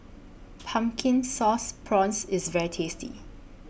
Pumpkin Sauce Prawns IS very tasty